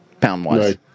pound-wise